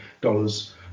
dollars